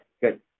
Good